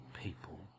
people